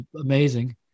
amazing